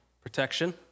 Protection